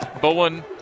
Bowen